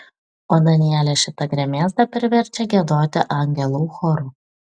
o danielė šitą gremėzdą priverčia giedoti angelų choru